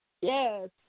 Yes